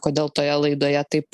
kodėl toje laidoje taip